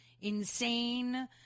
insane